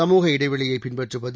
சமூக இடைவெளியை பின்பற்றுவது